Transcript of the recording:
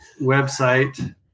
website